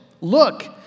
Look